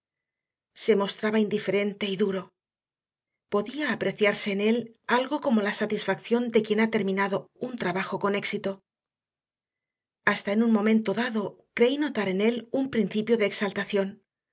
se mostraba indiferente y duro podía apreciarse en él algo como la satisfacción de quien ha terminado un trabajo con éxito hasta en un momento dado creí notar en él un principio de exaltación